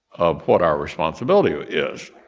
um what our responsibility is.